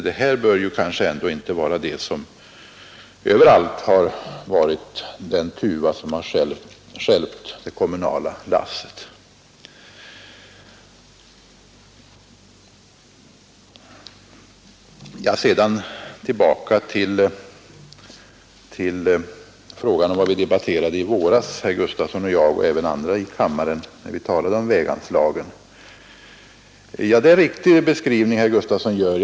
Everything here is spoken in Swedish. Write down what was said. Det här är väl ändå inte den tuva, som överallt har stjälpt det kommunala lasset. För att gå tillbaka till vad herr Gustafson i Göteborg och jag liksom även andra här i kammaren sade under debatten om väganslagen så gör herr Gustafson en riktig beskrivning av vad jag då sade.